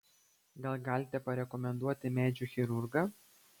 gal galite parekomenduoti medžių chirurgą